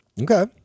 Okay